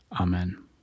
Amen